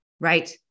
Right